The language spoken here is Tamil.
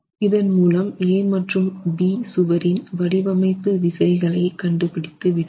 இதன் மூலம் A மற்றும் B சுவரின் வடிவமைப்பு விசைகளை கண்டுபிடித்து விட்டோம்